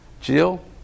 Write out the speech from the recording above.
Jill